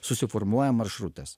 susiformuoja maršrutas